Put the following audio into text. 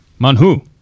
Manhu